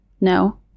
No